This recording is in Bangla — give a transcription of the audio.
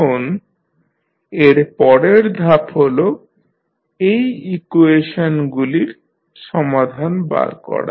এখন এর পরের ধাপ হল এই ইকুয়েশনগুলির সমাধান বার করা